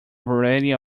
variety